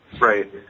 Right